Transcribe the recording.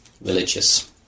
religious